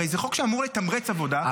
הרי זה חוק שאמור לתמרץ עבודה,